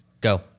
go